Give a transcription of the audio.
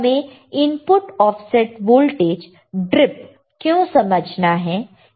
हमें input offset voltage drift क्यों समझना है